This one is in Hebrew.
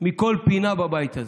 מכל פינה בבית הזה,